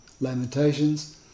lamentations